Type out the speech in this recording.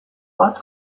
bat